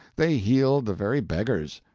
they healed the very beggars,